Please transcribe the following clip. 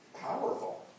powerful